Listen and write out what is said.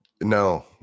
No